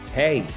hey